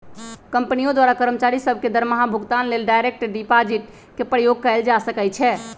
कंपनियों द्वारा कर्मचारि सभ के दरमाहा भुगतान लेल डायरेक्ट डिपाजिट के प्रयोग कएल जा सकै छै